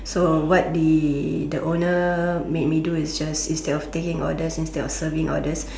so what did the owner made me do is that instead of taking orders instead of serving orders